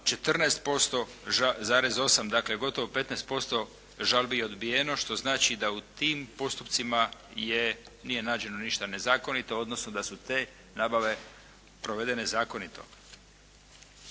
14,8% dakle gotovo 15% žalbi je odbijeno što znači da u tim postupcima je, nije nađeno ništa nezakonito odnosno da su te nabave provedene zakonito.